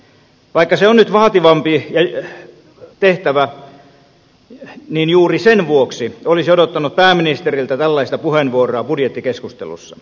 vaikka se on nyt vaativampi tehtävä niin juuri sen vuoksi olisi odottanut pääministeriltä tällaista puheenvuoroa budjettikeskustelussa